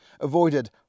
avoided